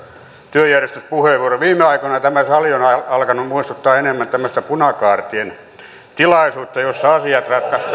työjärjestyspuheenvuoro rakentavaa keskustelua kaivataan viime aikoina tämä sali on alkanut muistuttaa enemmän tämmöistä punakaartien tilaisuutta jossa asiat